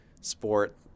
sport